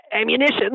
ammunition